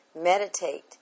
Meditate